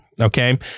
Okay